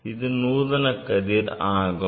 அது நூதன கதிர் ஆகும்